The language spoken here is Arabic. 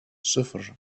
صفر